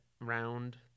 round